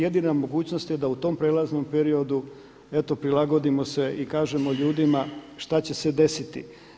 Jedina mogućnost je da u tom prijelaznom periodu prilagodimo se i kažemo ljudima što će se desiti.